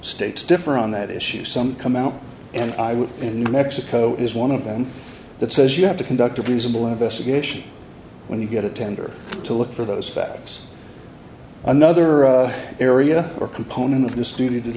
states differ on that issue some come out and i was in new mexico is one of them that says you have to conduct abusable investigation when you get a tender to look for those files another area or component of the stud